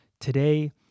Today